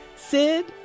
Sid